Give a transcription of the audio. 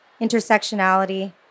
intersectionality